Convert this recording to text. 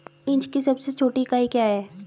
Inch की सबसे छोटी इकाई क्या है?